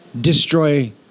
destroy